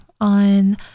on